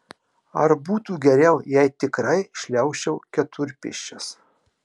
ar būtų geriau jei tikrai šliaužčiau keturpėsčias